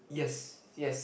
yes yes